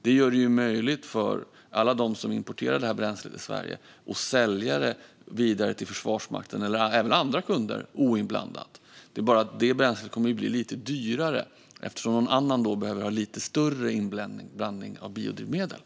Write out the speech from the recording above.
Det gör det möjligt för alla som importerar bränslet till Sverige att sälja det vidare till Försvarsmakten eller andra kunder oinblandat. Men det bränslet kommer att bli lite dyrare, eftersom någon annan då behöver ha lite större inblandning av biodrivmedel.